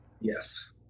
Yes